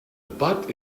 butt